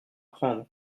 prendre